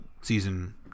season